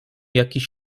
jakiś